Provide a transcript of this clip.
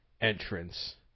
entrance